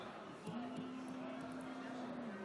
54,